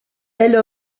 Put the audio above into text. elle